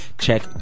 check